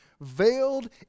Veiled